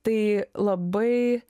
tai labai